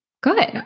Good